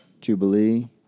Jubilee